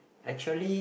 actually